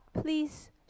please